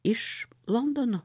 iš londono